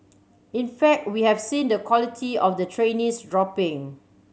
in fact we have seen the quality of the trainees dropping